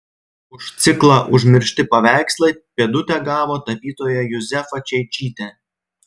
už ciklą užmiršti paveikslai pėdutę gavo tapytoja juzefa čeičytė